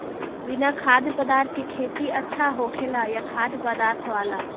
बिना खाद्य पदार्थ के खेती अच्छा होखेला या खाद्य पदार्थ वाला?